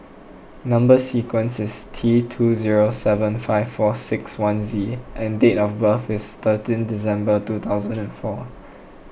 Number Sequence is T two zero seven five four six one Z and date of birth is thirteen December two thousand and four